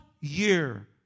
year